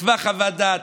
כתבה חוות דעת.